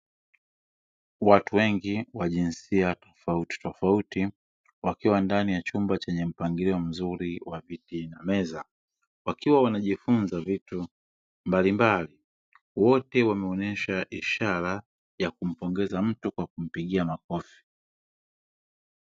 Watu wengi wa jinsia tofauti tofauti wakiwa ndani ya chumba chenye mpangilio mzuri wa viti na meza, wakiwa wanajifunza vitu mbalimbali. Wote wameonyesha ishara ya kumpongeza mtu kwa kumpigia makofi.